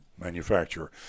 manufacturer